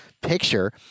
picture